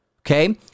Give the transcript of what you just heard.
okay